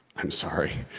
i'm sorry.